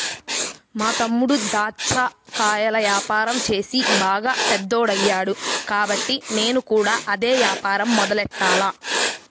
మా తమ్ముడు దాచ్చా కాయల యాపారం చేసి బాగా పెద్దోడయ్యాడు కాబట్టి నేను కూడా అదే యాపారం మొదలెట్టాల